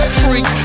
freak